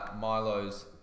Milo's